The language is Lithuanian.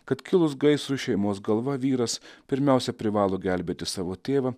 kad kilus gaisrui šeimos galva vyras pirmiausia privalo gelbėti savo tėvą